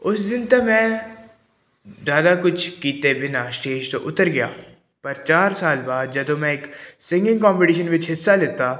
ਉਸ ਦਿਨ ਤਾਂ ਮੈਂ ਜ਼ਿਆਦਾ ਕੁਛ ਕੀਤੇ ਬਿਨਾ ਸਟੇਜ ਤੋਂ ਉਤਰ ਗਿਆ ਪਰ ਚਾਰ ਸਾਲ ਬਾਅਦ ਜਦੋਂ ਮੈਂ ਇੱਕ ਸਿੰਗਿੰਗ ਕੰਪਟੀਸ਼ਨ ਵਿਚ ਹਿੱਸਾ ਲਿੱਤਾ